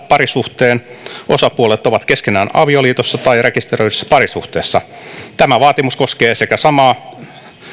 parisuhteen osapuolet ovat keskenään avioliitossa tai rekisteröidyssä parisuhteessa tämä vaatimus koskee sekä samaa